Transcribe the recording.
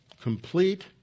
complete